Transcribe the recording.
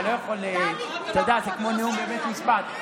אתה לא יכול, אתה יודע, זה כמו נאום בבית משפט.